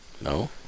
No